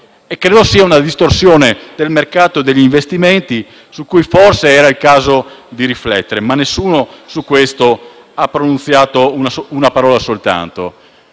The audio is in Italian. Credo sia una distorsione del mercato degli investimenti su cui forse sarebbe stato il caso di riflettere, ma nessuno su questo ha pronunziato una parola soltanto.